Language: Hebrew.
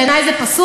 בעיני הוא פסול.